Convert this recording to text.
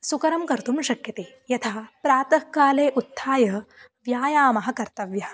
सुकरं कर्तुं शक्यते यथा प्रातःकाले उत्थाय व्यायामः कर्तव्यः